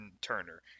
Turner